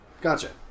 Gotcha